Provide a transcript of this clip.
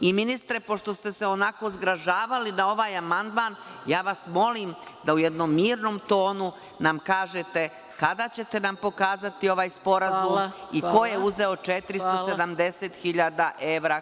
Ministre, pošto ste se onako zgražavali na ovaj amandman, ja vas molim da u jednom mirnom tonu nam kažete kada ćete nam pokazati ovaj sporazum i ko je uzeo 470 evra?